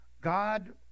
God